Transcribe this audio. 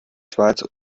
schweiz